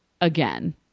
again